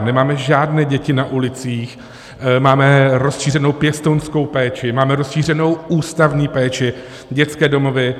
Nemáme žádné děti na ulicích, máme rozšířenou pěstounskou péči, máme rozšířenou ústavní péči, dětské domovy.